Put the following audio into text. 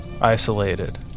isolated